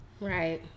right